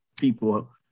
people